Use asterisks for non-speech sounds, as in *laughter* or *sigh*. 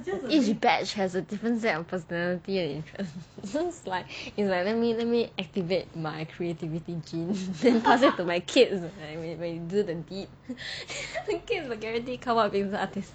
that each batch has a different set of personality and interest *laughs* it sounds like in like let me let me activate my creativity gene then pass it to my kid or something like when you do the deep *breath* thinking will guarantee come out being a artist